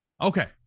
Okay